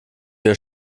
wir